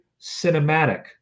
cinematic